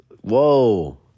Whoa